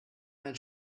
mein